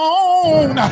on